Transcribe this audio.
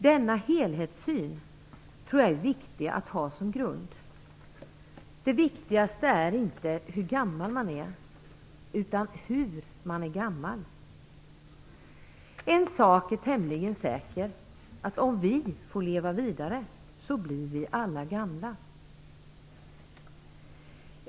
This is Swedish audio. Denna helhetssyn tror jag är viktig att ha som grund. Det viktigaste är inte hur gammal man är utan hur man är gammal. En sak är tämligen säker, om vi får leva vidare blir vi alla gamla.